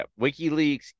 wikileaks